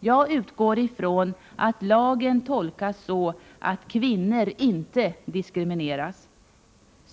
Jag utgår från att lagen tolkas så att kvinnor inte diskrimineras.